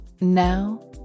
Now